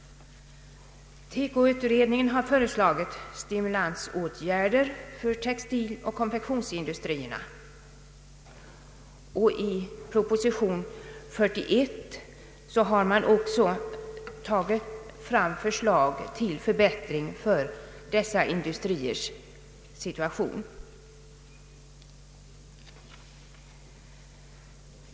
Teko-utredningen har föreslagit stimulansåtgärder för textiloch konfektionsindustrierna, och i proposition nr 41 har man också lagt fram förslag till förbättring av dessa industriers situation.